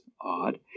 odd